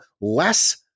less